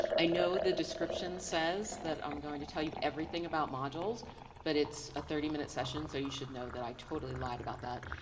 i know the description says that i'm going to tell you everything about modules but it's a thirty minutes session. so you should know that i totally lied about that.